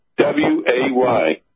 W-A-Y